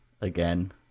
again